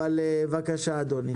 בבקשה.